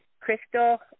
Crystal